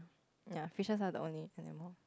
ya fishes are the only animal